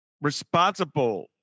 responsible